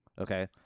Okay